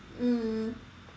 um